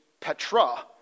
petra